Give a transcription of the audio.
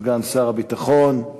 סגן שר הביטחון, המזוקן,